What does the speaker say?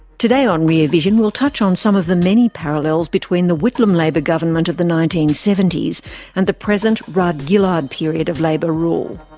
today on rear vision we'll touch on some of the many parallels between the whitlam labor government of the nineteen seventy s and the present rudd gillard period of labor rule.